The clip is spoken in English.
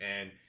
and-